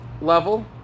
level